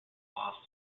boston